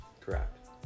Correct